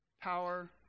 Power